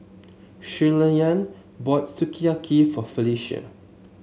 Shirleyann bought Sukiyaki for Felecia